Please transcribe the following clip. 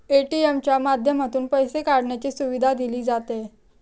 ATM च्या माध्यमातून पैसे काढण्याची सुविधा दिली जाते